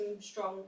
strong